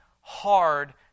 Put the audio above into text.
hard